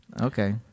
Okay